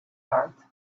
art